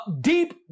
deep